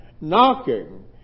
knocking